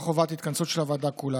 ללא חובת התכנסות של הוועדה כולה,